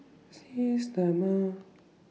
Systema